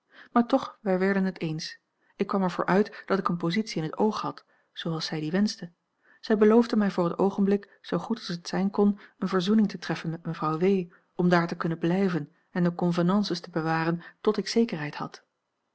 maar toch wij werden het eens ik kwam er voor uit dat ik eene positie in t oog had zooals zij die wenschte zij beloofde mij voor het oogenblik zoo goed als het zijn kon eene verzoening te treffen met mevrouw w om daar te kunnen blijven en de convenances te bewaren tot ik zekerheid had